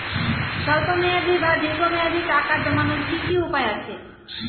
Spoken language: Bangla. স্বল্প মেয়াদি বা দীর্ঘ মেয়াদি টাকা জমানোর কি কি উপায় আছে?